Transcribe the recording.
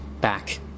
back